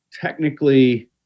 technically